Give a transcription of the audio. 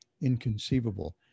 inconceivable